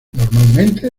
normalmente